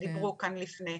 שדיברו כאן לפני.